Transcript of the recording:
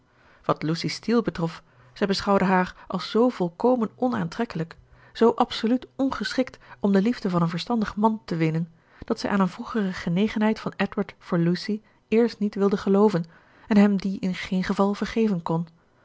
wat lucy steele betrof zij beschouwde haar als zoo volkomen onaantrekkelijk zoo absoluut ongeschikt om de liefde van een verstandig man te winnen dat zij aan een vroegere genegenheid van edward voor lucy eerst niet wilde gelooven en hem die in geen geval vergeven kon